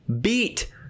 beat